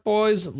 Boys